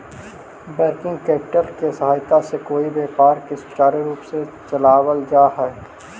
working capital के सहायता से कोई व्यापार के सुचारू रूप से चलावल जा हई